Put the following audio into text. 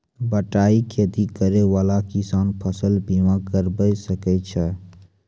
बटाई खेती करै वाला किसान फ़सल बीमा करबै सकै छौ?